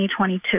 2022